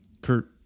Kurt